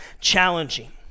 challenging